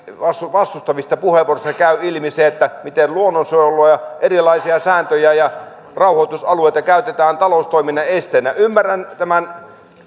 vastustavista puheenvuoroista käynyt ilmi se miten luonnonsuojelua ja erilaisia sääntöjä ja rauhoitusalueita käytetään taloustoiminnan esteenä ymmärrän tämän